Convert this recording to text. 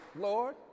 Lord